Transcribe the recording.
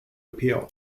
appeal